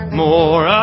more